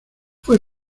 fue